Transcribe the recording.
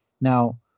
Now